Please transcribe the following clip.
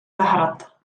zahrad